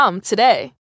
today